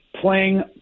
playing